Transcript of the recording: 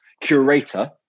curator